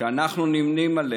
שאנחנו נמנים עימם,